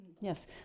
yes